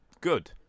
good